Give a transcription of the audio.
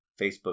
Facebook